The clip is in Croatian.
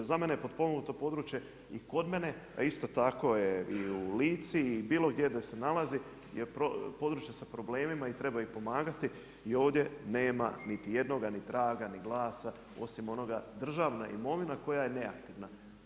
Za mene je potpomognuto područje i kod mene, a isto tako je i u Lici i bilo gdje da se nalazi je područje sa problemima i treba ih pomagati i ovdje nema niti jednoga ni traga, ni glasa osim onoga državna imovina koja je neaktivna.